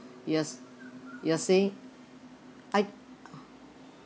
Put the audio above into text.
you're s~ you're saying I